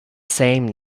same